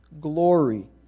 Glory